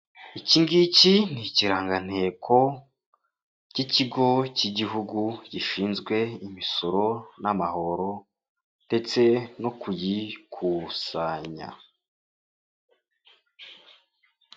Iki ngiki ni ikiranganteko, cy'ikigo cy'igihugu gishinzwe imisoro n'amahoro, ndetse no kuyikusanya.